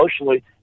emotionally